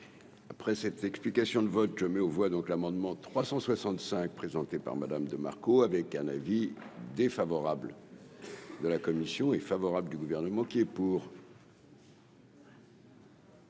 Après cette explication de vote je mets aux voix donc l'amendement 365 présenté par Madame de Marco, avec un avis défavorable de la commission est favorable du gouvernement qui est pour.